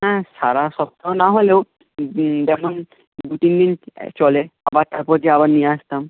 হ্যাঁ সারা সপ্তাহ না হলেও বেগুন দুতিনদিন চলে আবার তারপর গিয়ে আবার নিয়ে আসতাম